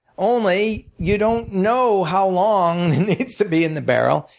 only you don't know how long it needs to be in the barrel,